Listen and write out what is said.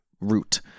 root